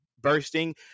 bursting